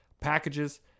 packages